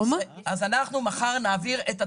אז אנחנו מחר נעביר את התשלומים.